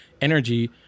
energy